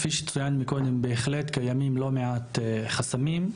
כפי שצוין מקודם בהחלט קיימים לא מעט חסמים,